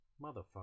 motherfucker